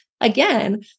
again